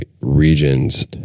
region's